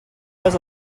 was